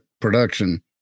production